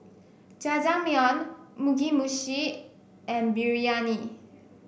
Jajangmyeon Mugi Meshi and Biryani